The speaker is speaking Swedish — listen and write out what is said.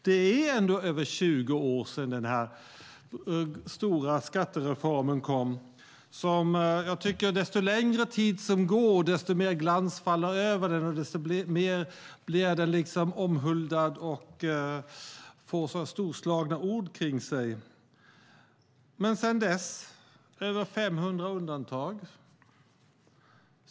Det är ändå över 20 år sedan den här stora skattereformen kom, och jag tycker att det verkar som att ju längre tid som går desto mer glans faller över den och desto mer blir den omhuldad och får storslagna ord sagda om sig. Men sedan dess - över 500 undantag.